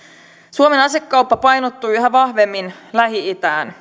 suomen asekauppa painottuu yhä vahvemmin lähi itään